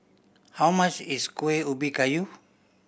how much is Kuih Ubi Kayu